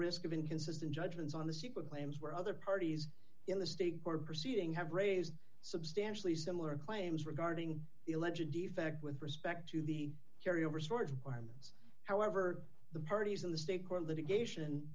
risk of inconsistent judgments on the sequel claims where other parties in the state court proceeding have raised substantially similar claims regarding election defect with respect to the carry over storage requirements however the parties in the state court litigation